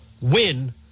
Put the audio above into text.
win